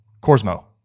Cosmo